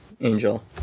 angel